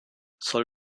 soll